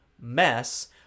mess